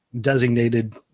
designated